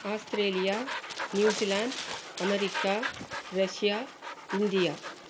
Australia New Zealand America Russia India